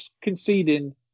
conceding